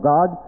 God